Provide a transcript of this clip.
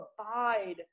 abide